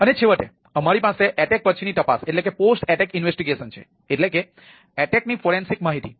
અને છેવટે અમારી પાસે હુમલા પછીની તપાસ માહિતી